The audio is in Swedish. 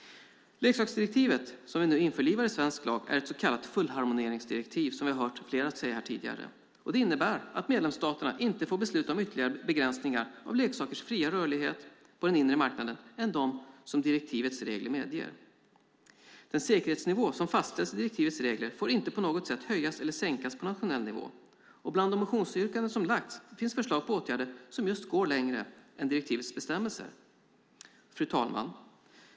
Leksaksdirektivet som vi nu införlivar i svensk lag är ett så kallat fullharmoniseringsdirektiv, som vi har hört flera säga tidigare. Det innebär att medlemsstaterna inte får besluta om ytterligare begränsningar av leksakers fria rörlighet på den inre marknaden än de som direktivets regler medger. Den säkerhetsnivå som fastställs i direktivets regler får inte på något sätt höjas eller sänkas på nationell nivå. Bland de motionsyrkanden som väckts finns förslag på åtgärder som går längre än direktivets bestämmelser. Fru talman!